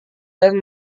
dan